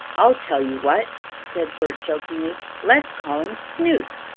i'll tell you what, said bert jokingly, let's call him snoop,